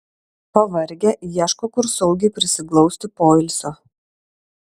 pavargę ieško kur saugiai prisiglausti poilsio